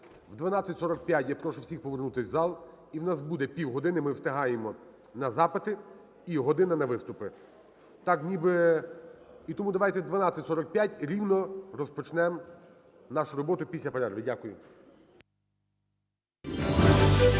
О 12:45 я прошу всіх повернутися у зал, і в нас буде півгодини, ми встигаємо, на запити і година на виступи. Так ніби… І тому давайте о 12:45 рівно розпочнемо нашу роботу після перерви. Дякую. (Після